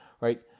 Right